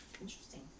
Interesting